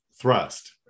Thrust